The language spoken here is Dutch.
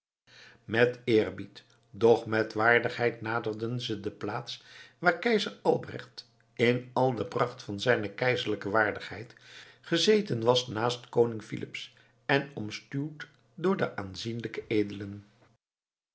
met eerbied doch met waardigheid naderden ze de plaats waar keizer albrecht in al de pracht van zijne keizerlijke waardigheid gezeten was naast koning filips en omstuwd door de aanzienlijkste edelen